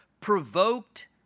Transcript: provoked